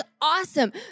awesome